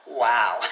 Wow